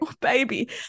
baby